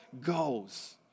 goes